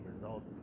results